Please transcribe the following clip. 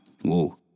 Whoa